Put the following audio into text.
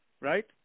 right